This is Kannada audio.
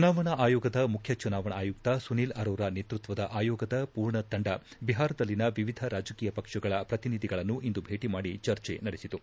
ಚುನಾವಣಾ ಆಯೋಗದ ಮುಖ್ಯ ಚುನಾವಣಾ ಆಯುಕ್ತ ಸುನೀಲ್ ಅರೋರ ನೇತೃತ್ವದ ಆಯೋಗದ ಪೂರ್ಣ ತಂಡ ಬಿಹಾರದಲ್ಲಿನ ವಿವಿಧ ರಾಜಕೀಯ ಪಕ್ಷಗಳ ಪ್ರತಿನಿಧಿಗಳನ್ನು ಇಂದು ಭೇಟಿ ಮಾಡಿ ಚರ್ಚೆ ನಡೆಸಿತು